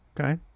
Okay